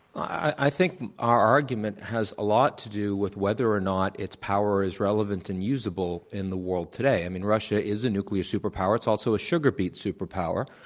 i think our argument has a lot to do with whether or not its power is relevant and useable in the world today. i mean, russia is a nuclear superpower. it's also a sugar beet superpower.